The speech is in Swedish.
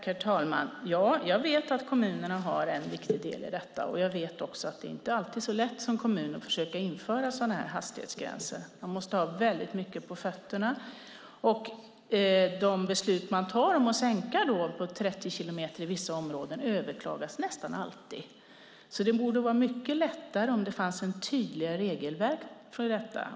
Herr talman! Jag vet att kommunerna har en viktig del i detta. Jag vet också att det inte alltid är så lätt som kommun att försöka införa sådana här hastighetsgränser. Man måste ha mycket på fötterna, och de beslut man tar om att sänka till 30 kilometer i vissa områden överklagas nästan alltid. Det borde i alla fall vara lättare om det fanns ett tydligare regelverk.